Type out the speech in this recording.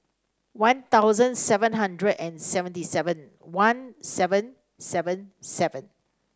One Thousand seven hundred and seventy seven one seven seven seven